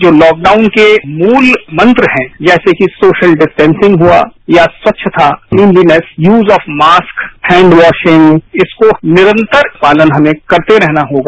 जो लॉकबाउन के मूल गंत्र हैं पैसे कि सोशल विस्टॉसिंग हवा या स्वच्छता इंडिनेस use of mask hand washing इसका निरंतर पालन हमें करते रहना होगा